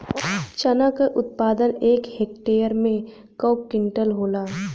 चना क उत्पादन एक हेक्टेयर में कव क्विंटल होला?